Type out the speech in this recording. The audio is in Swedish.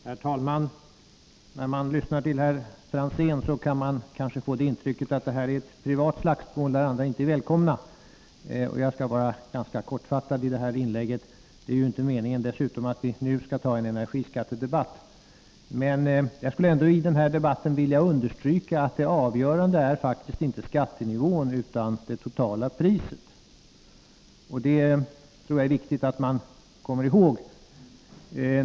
Herr talman! När man lyssnar till herr Franzén kan man kanske få intrycket att det här är ett privat slagsmål där andra inte är välkomna. Jag skulle bara ganska kortfattat i det här inlägget — för det är ju inte meningen att vi nu skall ta en energiskattedebatt — vilja understryka att det avgörande faktiskt inte är skattenivån utan det totala priset, och det tror jag är viktigt att man kommer ihåg.